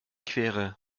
quere